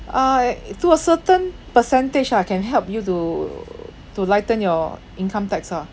uh a~ to a certain percentage ah can help you to to lighten your income tax ah